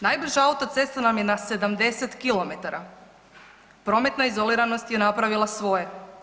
Najbrža autocesta nam je na 70 km, prometna izoliranost je napravila svoje.